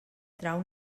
trau